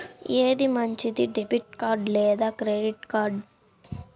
ఏది మంచిది, debit card లేదా క్రెడిట్ కార్డ్?